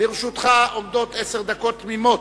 לרשותך עומדות עשר דקות תמימות.